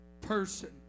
person